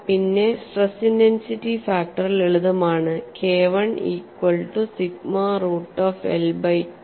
പിന്നെ stress intensity factor ലളിതമാണ് KI equal to sigma root of pi l by I 2